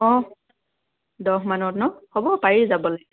অ' দহ মানত ন হ'ব পাৰি যাবলৈ